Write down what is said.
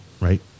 Right